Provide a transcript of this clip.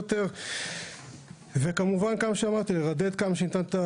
יותר; רידוד הבירוקרטיה עד כמה שניתן,